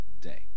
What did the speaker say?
day